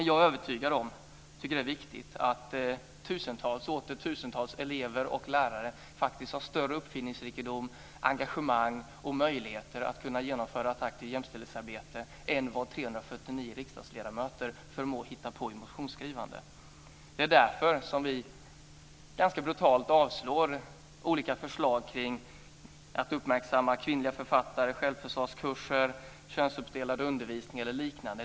Jag är övertygad om, och tycker att det är viktigt, att tusentals och åter tusentals elever och lärare faktiskt har större uppfinningsrikedom, engagemang och möjligheter att genomföra ett aktivt jämställdhetsarbete än vad 349 riksdagsledamöter förmår hitta på i motionsskrivande. Det är därför som vi ganska brutalt avslår olika förslag om att uppmärksamma kvinnliga författare, om självförsvarskurser, om könsuppdelad undervisning eller liknande.